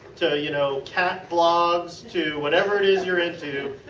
to you know cat blogs, to whatever it is you are into.